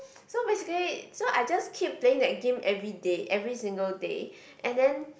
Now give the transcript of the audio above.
so basically so I just keep playing that game everyday every single day and then